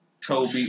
Toby